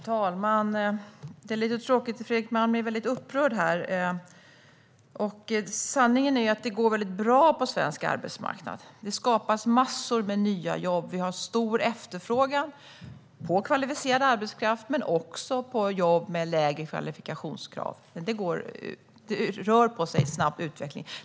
Fru talman! Det är lite tråkigt att Fredrik Malm är så upprörd här. Sanningen är ju att det går väldigt bra på svensk arbetsmarknad. Det skapas massor med nya jobb, och vi har stor efterfrågan på kvalificerad arbetskraft och också när det gäller jobb med lägre kvalifikationskrav. Det rör på sig i snabb utveckling.